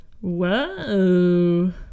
whoa